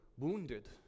wounded